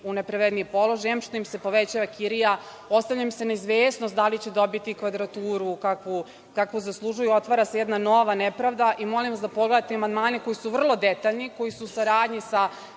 nepravedniji položaj, em što im se povećava kirija, ostavlja im se neizvesnost da li će dobiti kvadraturu kakvu zaslužuju, otvara se jedna nova nepravda. Molim vas da pogledate amandmane koji su vrlo detaljni, koji su u saradnji sa